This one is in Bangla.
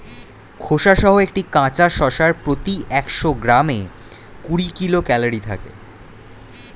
খোসাসহ একটি কাঁচা শসার প্রতি একশো গ্রামে কুড়ি কিলো ক্যালরি থাকে